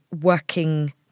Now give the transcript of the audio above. working